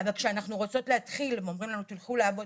אבל כשאנחנו רוצות להתחיל הם אומרים לנו "תלכו לעבוד".